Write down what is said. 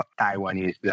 Taiwanese